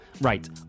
right